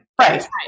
Right